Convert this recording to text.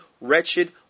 wretched